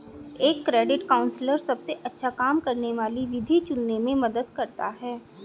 एक credit counsellor सबसे अच्छा काम करने वाली विधि चुनने में मदद करता है